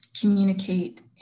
communicate